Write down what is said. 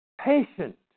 Patient